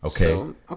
Okay